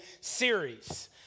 series